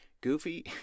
Goofy